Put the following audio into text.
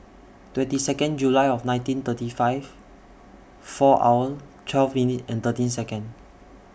twenty Second July of nineteen thirty five four hour twelve minute thirteen Second